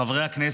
חברי הכנסת,